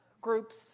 groups